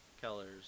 colors